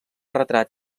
retrat